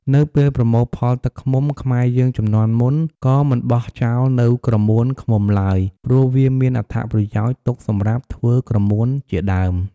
នៅពេលប្រមូលផលទឹកឃ្មុំ ខ្មែរយើងជំនាន់មុនក៏មិនបោះចោលនូវក្រមួនឃ្មុំឡើយ ព្រោះវាមានអត្ថប្រយោជន៍ទុកសម្រាប់ធ្វើក្រមួនជាដើម។